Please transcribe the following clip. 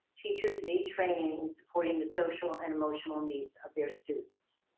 teachers need training in supporting the social and emotional needs of their students.